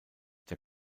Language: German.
der